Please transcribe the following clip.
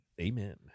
amen